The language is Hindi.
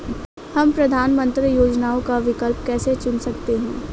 हम प्रधानमंत्री योजनाओं का विकल्प कैसे चुन सकते हैं?